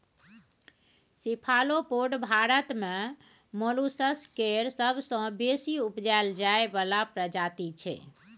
cephalopod Bharat मे molluscs केर सबसँ बेसी उपजाएल जाइ बला प्रजाति छै